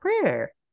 prayer